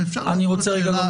ואפשר לשאול שאלה.